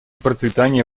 процветания